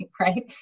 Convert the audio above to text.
right